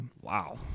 wow